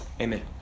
amen